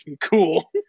cool